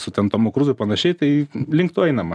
su tan tomu kruzu ir panašiai tai link to einama